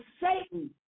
Satan